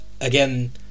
Again